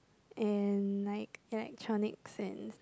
and like electronics and